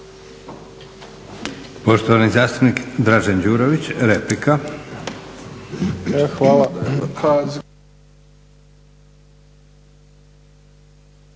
hvala.